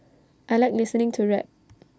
I Like listening to rap